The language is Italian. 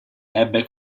ebbe